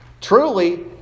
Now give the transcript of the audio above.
Truly